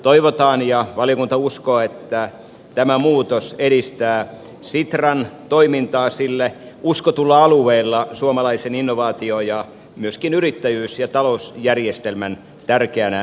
toivotaan ja valiokunta uskoo että tämä muutos edistää sitran toimintaa sille uskotulla alueella suomalaisen innovaatio ja myöskin yrittäjyys ja talousjärjestelmän tärkeänä toimijana